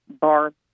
bar